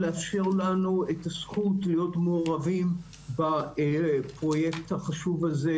לאפשר לנו את הזכות להיות מעורבים בפרויקט החשוב הזה,